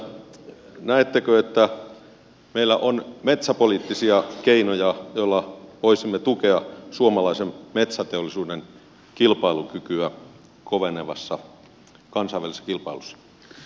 näettekö että meillä on metsäpoliittisia keinoja joilla voisimme tukea suomalaisen metsäteollisuuden kilpailukykyä kovenevassa kansainvälisessä kilpailussa